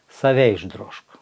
save išdrožk